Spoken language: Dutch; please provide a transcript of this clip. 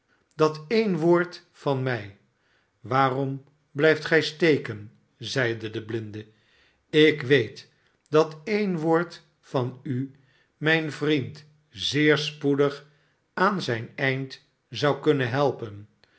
dat een woord van mij waarom blijft gij steken zeide de blinde ik weet dat een woord van u mijn vriend zeer spoedig aan zijn eind zou kunnen helpen